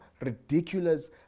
ridiculous